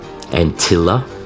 Antilla